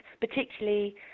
particularly